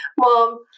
Mom